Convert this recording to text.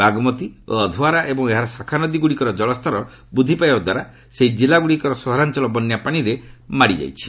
ବାଗ୍ମତି ଓ ଅଧୱାରା ଏବଂ ଏହାର ଶାଖାନଦୀ ଗୁଡ଼ିକର କଳସ୍ତର ବୃଦ୍ଧି ପାଇବା ଦ୍ୱାରା ସେହି କିଲ୍ଲାଗୁଡ଼ିକର ସହରାଞ୍ଚଳ ବନ୍ୟାପାଣିରେ ମାଡ଼ି ଯାଇଛି